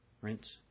Rinse